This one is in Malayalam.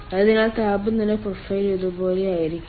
അതിനാൽ താപനില പ്രൊഫൈൽ ഇതുപോലെയായിരിക്കും